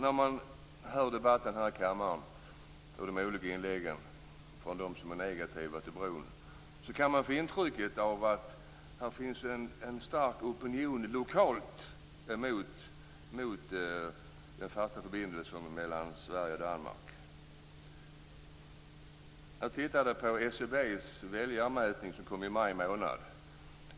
När man hör debatten här i kammaren och de olika inläggen från dem som är negativa till bron, kan man få det intrycket att det finns en stark opinion lokalt mot den fasta förbindelsen mellan Sverige och Danmark. Jag tittade på SCB:s väljarmätning som kom i maj månad.